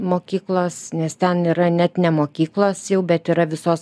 mokyklos nes ten yra net ne mokyklos jau bet yra visos